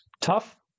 Tough